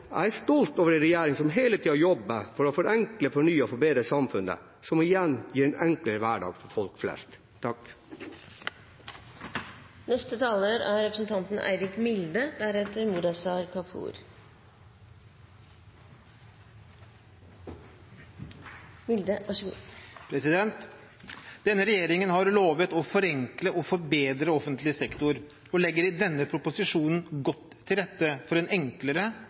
Jeg er stolt over en regjering som hele tiden jobber for å forenkle, fornye og forbedre samfunnet, noe som igjen gir en enklere hverdag for folk flest. Denne regjeringen har lovet å forenkle og forbedre offentlig sektor og legger i denne proposisjonen godt til rette for en enklere,